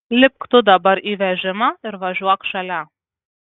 lipk tu dabar į vežimą ir važiuok šalia